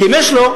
כי אם יש לו,